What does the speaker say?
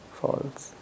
false